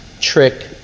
trick